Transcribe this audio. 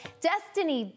Destiny